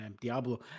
diablo